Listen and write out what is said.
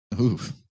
Oof